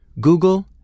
Google